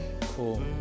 Cool